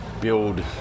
build